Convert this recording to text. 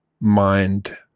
mind